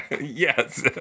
Yes